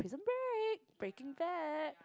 break Breaking Bad